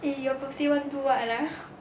eh your birthday want do what ah